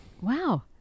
Wow